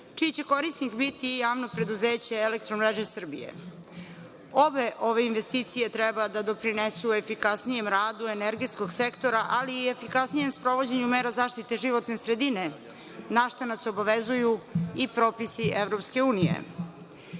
čiji će korisnik biti JP „Elektromreže Srbije“. Obe ove investicije treba da doprinesu efikasnijem radu energetskog sektora, ali i efikasnijem sprovođenju mera zaštite životne sredine, na šta nas obavezuju i propisi EU.Najpre bih